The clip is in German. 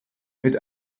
mit